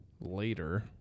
later